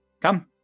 Come